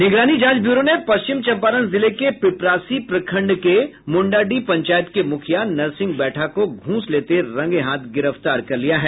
निगरानी जांच ब्यूरो ने पश्चिम चंपारण जिले के पिपरासी प्रखंड में एक मुखिया नरसिंह बैठा को घूस लेते हुए रंगेहाथ गिरफ्तार किया है